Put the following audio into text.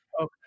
okay